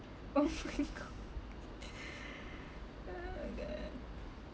oh my god oh my god